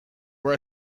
were